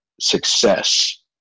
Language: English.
success